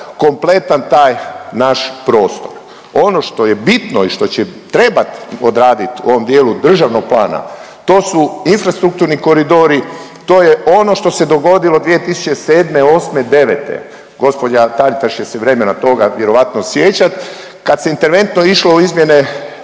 kompletan taj naš prostor. Ono što je bitno i što će trebati odraditi u ovom dijelu državnog plana to su infrastrukturni koridori, to je ono što se dogodilo 2007., '08., '09., gospođa Taritaš će se vremena toga vjerojatno sjećat kad se interventno išlo u izmjene